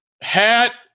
hat